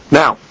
now